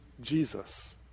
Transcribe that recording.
Jesus